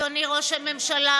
אדוני ראש הממשלה,